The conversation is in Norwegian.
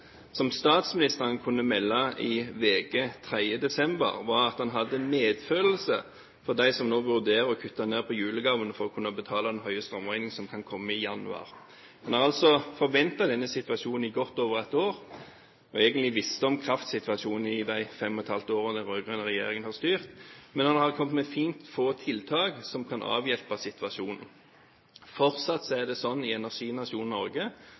at han hadde medfølelse med dem som nå vurderer å kutte ned på julegavene for å kunne betale den høye strømregningen som kan komme i januar. En har altså forventet denne situasjonen i godt over ett år og egentlig visst om kraftsituasjonen i de fem og et halvt årene den rød-grønne regjeringen har styrt, men en har kommet med fint få tiltak som kan avhjelpe situasjonen. Fortsatt er det sånn i energinasjonen Norge